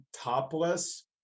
topless